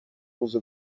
روز